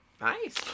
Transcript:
Nice